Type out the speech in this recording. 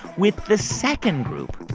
with the second group,